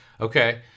okay